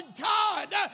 God